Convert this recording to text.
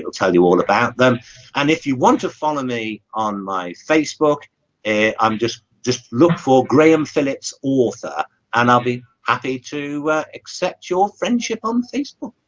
tell you all about them and if you want to follow me on my facebook i'm just just look for graham phillips author and i'll be happy to accept your friendship on facebook